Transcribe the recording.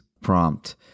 prompt